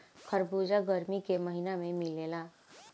खरबूजा गरमी के महिना में मिलेला